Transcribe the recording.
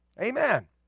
Amen